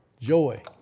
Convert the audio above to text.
Joy